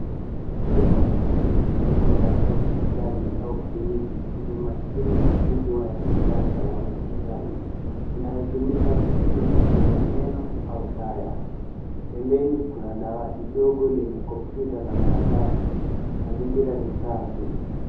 Chumba hiki ni chumba cha hospitali au kliniki chenye mashine kubwa ya kisasa ya hospitali inayotumika kupiga picha ya meno au taya. Pembeni kuna dawati ndogo lenye kompyuta au karatasi. Mazingira ni safi.